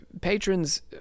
Patrons